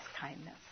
kindness